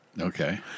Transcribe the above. okay